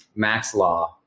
maxlaw